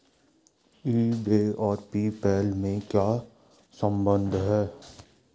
ई बे और PayPal में क्या संबंध है?